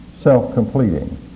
self-completing